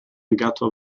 negato